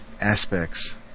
aspects